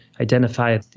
identify